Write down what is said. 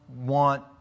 want